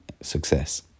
success